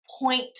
point